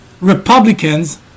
Republicans